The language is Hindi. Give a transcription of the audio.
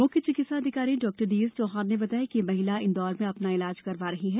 मुख्य चिकित्सा अधिकारी डॉ डीएस चौहान ने बताया कि यह महिला इंदौर में अ ना इलाज करवा रही है